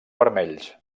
vermells